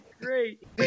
great